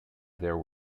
there